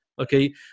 okay